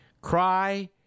Cry